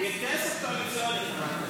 הכסף צומח לי על העץ.